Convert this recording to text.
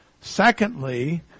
secondly